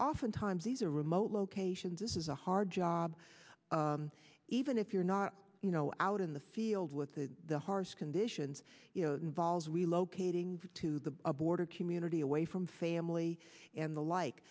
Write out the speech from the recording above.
oftentimes these are remote locations this is a hard job even if you're not you know out in the field with the harsh conditions you know it involves we locating to the border community away from family and the like